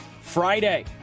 friday